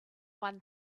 one